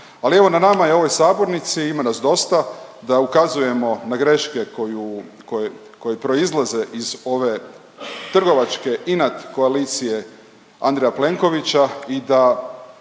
ali evo na nama je u ovoj sabornici, ima nas dosta, da ukazujemo na greške koju, koje proizlaze iz ove trgovačke inat koalicije Andreja Plenkovića i da